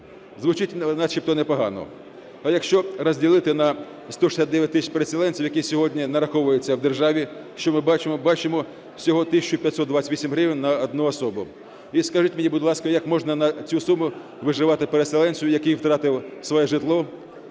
Звучить начебто непогано. А якщо розділити на 169 тисяч переселенців, яких сьогодні нараховують у державі, що ми бачимо? Бачимо всього 1528 гривень на одну особу. І скажіть мені, будь ласка, як можна на цю суму виживати переселенцю, який втратив своє житло,